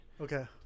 Okay